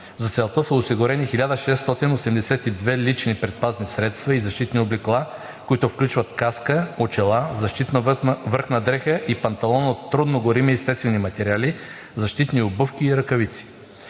За целта са осигурени 1682 лични предпазни средства и защитни облекла, които включват: каска, очила, защитна връхна дреха и панталон от трудногорими естествени материали, защитни обувки и ръкавици.